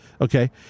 Okay